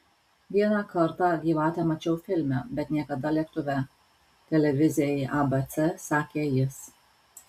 vieną kartą gyvatę mačiau filme bet niekada lėktuve televizijai abc sakė jis